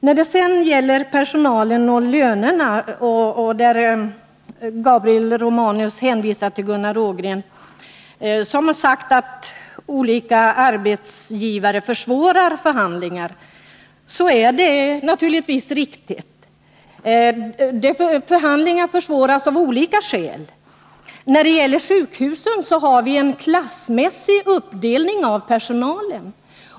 När det sedan gäller personalen och lönerna hänvisar Gabriel Romanus till Gunnar Ågren, som har sagt att olika arbetsgivare försvårar förhandlingar. Det är naturligtvis riktigt. Förhandlingar försvåras av olika skäl. När det gäller sjukhusen har vi en klassmässig uppdelning av personalen.